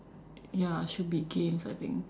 ya should be games I think